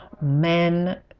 men